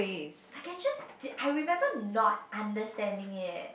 like I just did I remember not understanding it